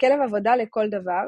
ככלב עבודה לכל דבר,